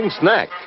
snack